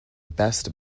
best